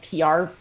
PR